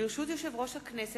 ברשות יושב-ראש הכנסת,